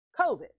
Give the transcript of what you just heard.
COVID